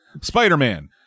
Spider-Man